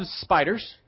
spiders